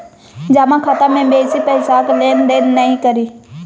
जमा खाता मे बेसी पैसाक लेन देन नहि करी